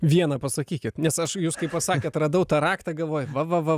vieną pasakykit nes aš jūs kai pasakėt radau tą raktą galvoju va va va